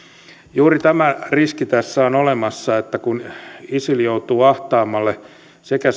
juuri tämä riski tässä on olemassa että kun isil joutuu ahtaammalle sekä